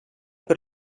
per